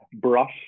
brush